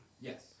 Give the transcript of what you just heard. Yes